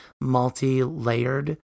multi-layered